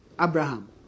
Abraham